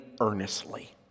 earnestly